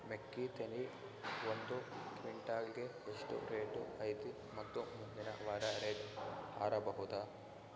ಮೆಕ್ಕಿ ತೆನಿ ಒಂದು ಕ್ವಿಂಟಾಲ್ ಗೆ ಎಷ್ಟು ರೇಟು ಐತಿ ಮತ್ತು ಮುಂದಿನ ವಾರ ರೇಟ್ ಹಾರಬಹುದ?